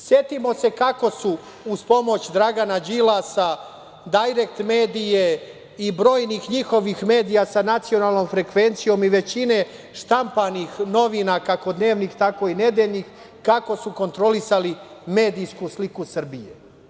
Setimo se kako su uz pomoć Dragana Đilasa, „Dajrekt medije“ i brojnih njihovih medija sa nacionalnom frekvencijom i većine štampanih novina, kako dnevnih, tako i nedeljnih, kako su kontrolisali medijsku sliku Srbije.